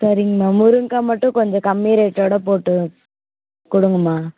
சரிங்கமா முருங்கைகா மட்டும் கொஞ்சம் கம்மி ரேட்டோடு போட்டு கொடுங்கம்மா